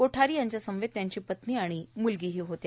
कोठारी यांच्यासमवेत त्यांची पत्नी आणि मुलगीही होत्या